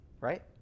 Right